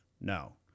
No